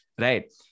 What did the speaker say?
right